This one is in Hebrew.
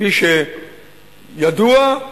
כפי שידוע,